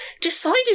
decided